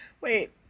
wait